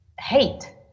hate